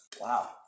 Wow